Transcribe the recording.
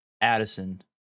Addison